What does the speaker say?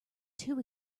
too